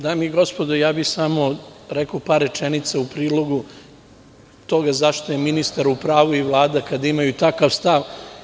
Dame i gospodo, samo bih rekao par rečenica u prilog toga zašto je ministar u pravu i Vlada, kada imaju takav stav.